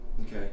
Okay